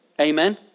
Amen